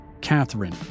Catherine